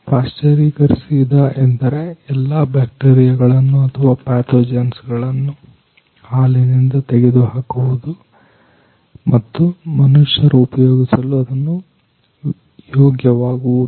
ಪಾಶ್ಚರೀಕರಿಸಿದ ಎಂದರೆ ಎಲ್ಲಾ ಬ್ಯಾಕ್ಟೀರಿಯಾಗಳನ್ನು ಅಥವಾ ಪ್ಯಾಥೋ ಜೆನ್ಸ್ ಗಳನ್ನು ಹಾಲಿನಿಂದ ತೆಗೆದುಹಾಕುವುದು ಮತ್ತು ಮನುಷ್ಯರು ಉಪಯೋಗಿಸಲು ಅದನ್ನು ಯೋಗ್ಯವಾಗುವುದು